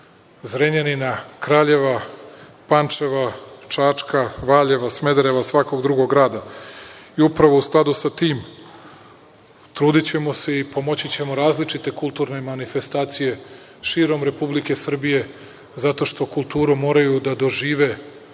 Zrenjanina, Kraljeva, Pančeva, Čačka, Valjeva, Smedereva, svakog drugog grada. Upravo, u skladu sa tim, trudićemo se i pomoći ćemo različite kulturne manifestacije širom Republike Srbije zato što kulturu moraju da dožive